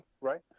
right